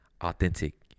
authentic